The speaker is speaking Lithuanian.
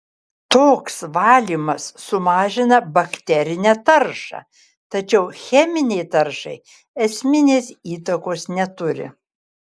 toks valymas sumažina bakterinę taršą tačiau cheminei taršai esminės įtakos neturi